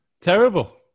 terrible